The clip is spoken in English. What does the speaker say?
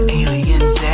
aliens